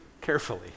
carefully